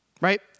right